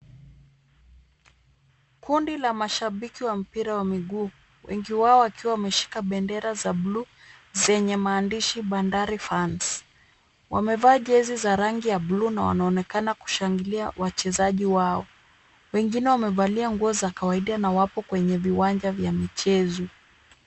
Kundi la mashabiki wa mpira wa miguu, wengi wao wakiwa wameshika bendera za buluu zenye maandishi Bandari Funs. Wamevaa jezi za rangi ya buluu na wanaonekana kushangilia wachezaji wao. Wengine wamevalia nguo za kawaida na wapo kwenye viwanja vya michezo.